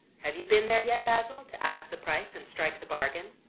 have you been there yet, basil, to ask the price and strike the bargain?